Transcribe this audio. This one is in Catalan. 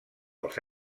els